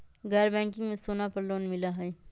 गैर बैंकिंग में सोना पर लोन मिलहई?